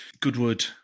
Goodwood